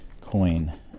coin